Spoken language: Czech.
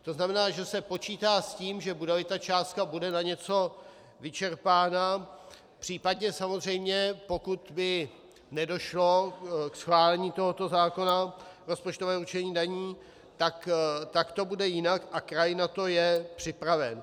To znamená, že se počítá s tím, že budeli ta částka na něco vyčerpána, případně samozřejmě pokud by nedošlo k schválení tohoto zákona, rozpočtové určení daní, tak to bude jinak a kraj na to je připraven.